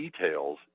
details